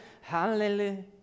Hallelujah